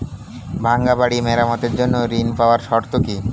ভাঙ্গা বাড়ি মেরামতের জন্য ঋণ পাওয়ার শর্ত কি?